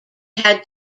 had